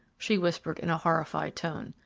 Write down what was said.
she whispered in a horrified tone.